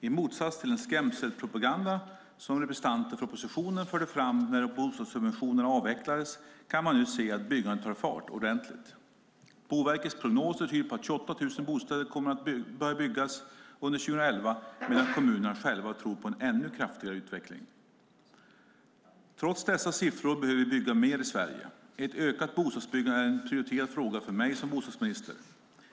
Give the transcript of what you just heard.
I motsats till den skrämselpropaganda som representanter för oppositionen förde fram när bostadssubventionerna avvecklades kan man nu se att byggandet ordentligt tar fart. Boverkets prognoser tyder på att 28 000 bostäder kommer att börja byggas under år 2011 medan kommunerna själva tror på en ännu kraftigare utveckling. Trots dessa siffror behöver vi bygga mer i Sverige. Ett ökat bostadsbyggande är en prioriterad fråga för mig som bostadsminister.